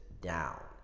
down